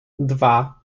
dwa